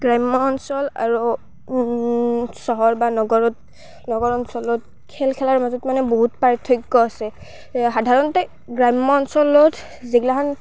গ্ৰাম্য অঞ্চল আৰু চহৰ বা নগৰত নগৰ অঞ্চলত খেল খেলাৰ মাজত মানে বহুত পাৰ্থক্য আছে সাধাৰণতে গ্ৰাম্য অঞ্চলত যিগিলাখান